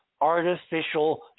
artificial